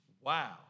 Wow